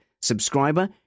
subscriber